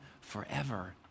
forever